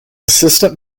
assistant